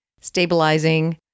stabilizing